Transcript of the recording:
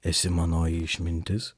esi manoji išmintis